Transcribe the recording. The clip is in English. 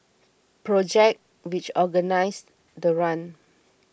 project which organised the run